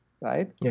right